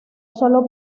sólo